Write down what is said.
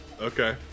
Okay